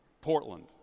Portland